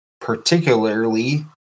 particularly